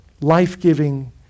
life-giving